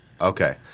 Okay